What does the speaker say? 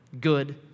good